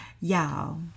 Y'all